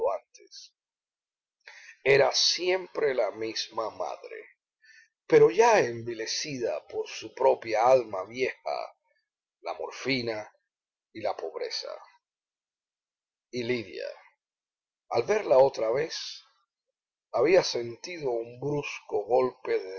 antes era siempre la misma madre pero ya envilecida por su propia alma vieja la morfina y la pobreza y lidia al verla otra vez había sentido un brusco golpe